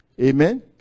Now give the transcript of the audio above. amen